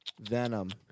Venom